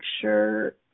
sure